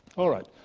alright,